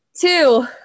two